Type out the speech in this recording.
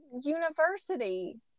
university